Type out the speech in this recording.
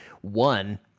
One